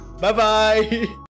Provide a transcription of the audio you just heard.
Bye-bye